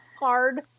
hard